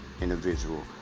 individual